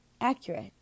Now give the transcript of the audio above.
accurate